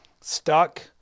stuck